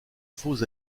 faux